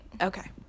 Okay